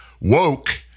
Woke